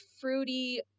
fruity